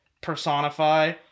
personify